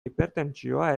hipertentsioa